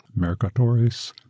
mercatoris